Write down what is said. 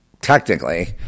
technically